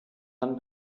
dann